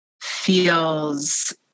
feels